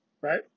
Right